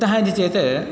कुतः इति चेत्